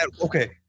Okay